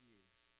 use